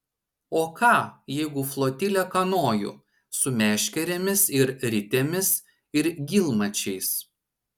o ką jeigu flotilę kanojų su meškerėmis ir ritėmis ir gylmačiais